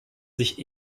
sich